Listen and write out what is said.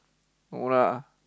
no lah